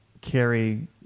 carry